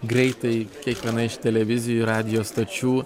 greitai kiekviena iš televizijų ir radijo stočių